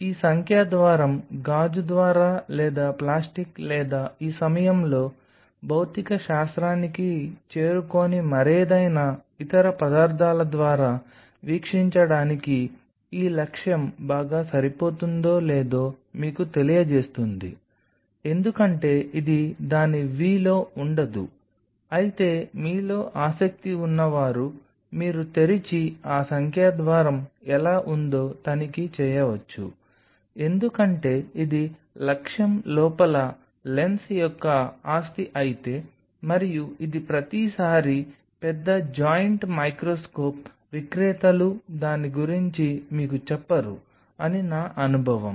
ఈ సంఖ్యా ద్వారం గాజు ద్వారా లేదా ప్లాస్టిక్ లేదా ఈ సమయంలో భౌతిక శాస్త్రానికి చేరుకోని మరేదైనా ఇతర పదార్థాల ద్వారా వీక్షించడానికి ఈ లక్ష్యం బాగా సరిపోతుందో లేదో మీకు తెలియజేస్తుంది ఎందుకంటే ఇది దాని v లో ఉండదు అయితే మీలో ఆసక్తి ఉన్నవారు మీరు తెరిచి ఆ సంఖ్యా ద్వారం ఎలా ఉందో తనిఖీ చేయవచ్చు ఎందుకంటే ఇది లక్ష్యం లోపల లెన్స్ యొక్క ఆస్తి అయితే మరియు ఇది ప్రతిసారీ పెద్ద జాయింట్ మైక్రోస్కోప్ విక్రేతలు దాని గురించి మీకు చెప్పరు అని నా అనుభవం